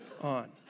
on